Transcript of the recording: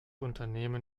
unternehmen